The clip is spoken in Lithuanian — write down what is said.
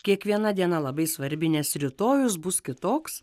kiekviena diena labai svarbi nes rytojus bus kitoks